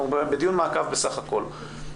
אנחנו בדיון מעקב בסך הכל.